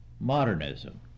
modernism